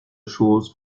choses